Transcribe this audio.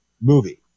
movie